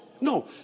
No